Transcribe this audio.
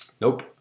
Nope